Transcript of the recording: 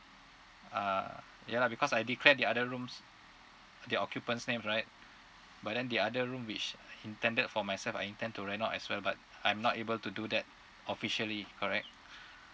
uh ya lah because I declared the other rooms the occupants' name right but then the other room which I intended for myself I intend to rent out as well but I'm not able to do that officially correct